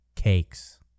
Cakes